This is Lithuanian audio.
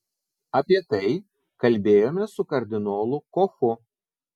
apie tai kalbėjome su kardinolu kochu